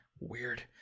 Weird